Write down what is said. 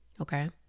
Okay